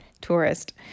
tourist